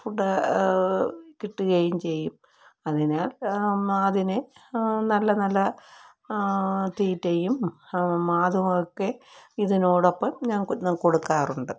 food കിട്ടുകയും ചെയ്യും അതിനാൽ അതിന് നല്ല നല്ല തീറ്റയും അതുമൊക്കെ ഇതിനോടൊപ്പം ഞാൻ കൊടുക്കാറുണ്ട്